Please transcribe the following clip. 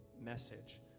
message